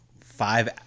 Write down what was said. five